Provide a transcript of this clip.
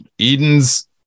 eden's